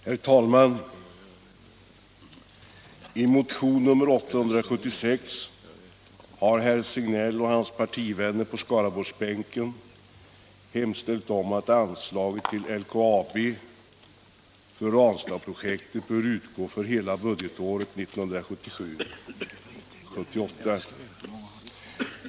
Herr talman! I motion nr 876 har herr Signell och hans partivänner på Skaraborgsbänken hemställt om att anslaget till LKAB för Ranstadsprojektet skall utgå för hela budgetåret 1977/78.